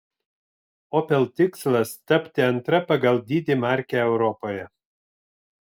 opel tikslas tapti antra pagal dydį marke europoje